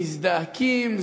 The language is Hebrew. מזדעקים,